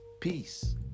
Peace